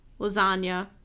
lasagna